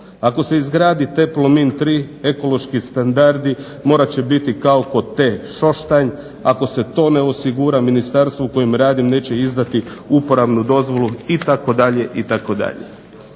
Ako se izgradi TE Plomin 3 ekološki standardi morat će biti kao kod TE Šoštanj. Ako se to ne osigura ministarstvo u kojem radim neće im izdati uporabnu dozvolu itd.,